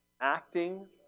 Acting